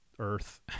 earth